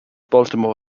baltimore